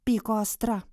pyko astra